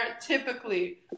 typically